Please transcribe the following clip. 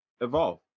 evolve